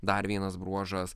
dar vienas bruožas